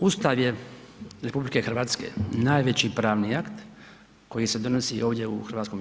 Ustav je RH najveći pravni akt koji se donosi ovdje u HS.